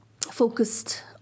focused